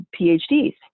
PhDs